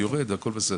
יורד הכל בסדר,